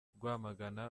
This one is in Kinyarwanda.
rwamagana